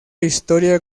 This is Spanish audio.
historia